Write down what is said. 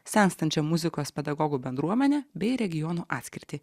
senstančią muzikos pedagogų bendruomenę bei regionų atskirtį